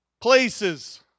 places